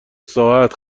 ساعت